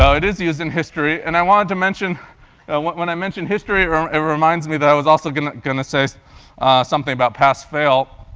so it is used in history, and i wanted to mention when i mentioned history, it reminds me that i was also going going to say something about pass fail.